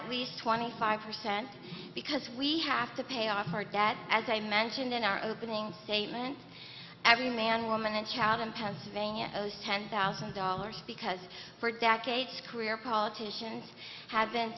at least twenty five percent because we have to pay off our debt as i mentioned in our opening statements every man woman and child in pennsylvania owes ten thousand dollars because for decades career politicians have been